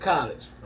College